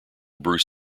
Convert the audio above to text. bruce